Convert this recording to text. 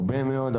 הרבה מאוד,